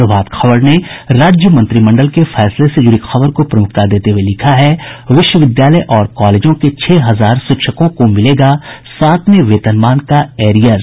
प्रभात खबर ने राज्य मंत्रिमंडल के फैसले से जुड़ी खबर को प्रमुखता देते हुये लिखा है विश्वविद्यालय और कॉलेजों के छह हजार शिक्षकों को मिलेगा सातवें वेतनमान का एरियर